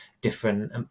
different